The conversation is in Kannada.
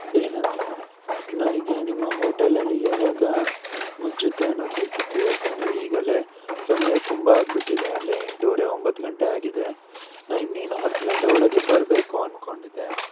ಏನಂದರೆ ನನಗೆ ನಿಮ್ಮ ಹೋಟೆಲಲ್ಲಿ ಯಾವಾಗ ಮುಚ್ಚುತ್ತೆ ಅನ್ನೋದು ಬೇಕಿತ್ತು ಯಾಕಂದರೆ ಈಗಲೇ ಸಮಯ ತುಂಬ ಆಗಿಬಿಟ್ಟಿದೆ ಆಗ್ಲೇ ಎಂಟೂವರೆ ಒಂಬತ್ತು ಗಂಟೆ ಆಗಿದೆ ನಾನು ಇನ್ನೇನು ಹತ್ತು ಗಂಟೆ ಒಳಗೆ ಬರಬೇಕು ಅಂದುಕೊಂಡಿದ್ದೆ